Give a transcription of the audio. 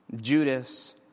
Judas